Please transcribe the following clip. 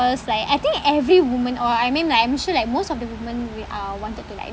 like I think every woman or I mean like I'm sure like most of the women we are wanted to like